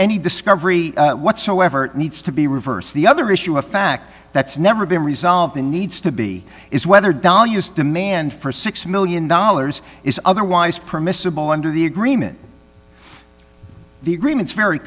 any discovery whatsoever needs to be reversed the other issue of fact that's never been resolved and needs to be is whether dalia's demand for six million dollars is otherwise permissible under the agreement the agreements very